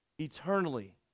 eternally